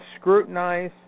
Scrutinize